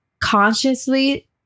consciously